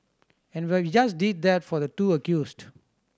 and we just did that for the two accused